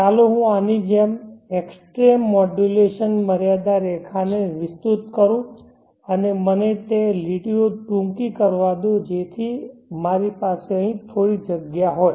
ચાલો હું આની જેમ એક્સટ્રૅમ મોડ્યુલેશન મર્યાદા રેખાને વિસ્તૃત કરું અને મને તે લીટીઓ ટૂંકી કરવા દો જેથી મારી પાસે અહીં થોડી જગ્યા હોય